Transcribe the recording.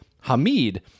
Hamid